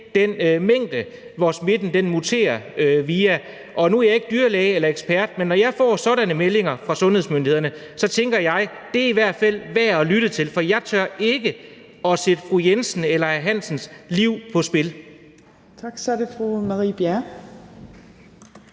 den mængde, som virussen muterer via. Og nu er jeg ikke dyrlæge eller ekspert, men når jeg får sådanne meldinger fra sundhedsmyndighederne, tænker jeg, at det i hvert fald er værd at lytte til, for jeg tør ikke sætte fru Jensens eller hr. Hansens liv på spil.